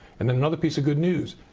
and another piece of good news,